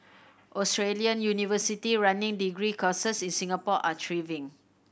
Australian university running degree courses in Singapore are thriving